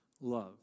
love